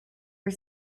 are